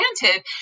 granted